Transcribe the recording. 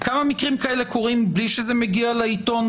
כמה מקרים כאלה קורים בלי שזה מגיע לעיתון,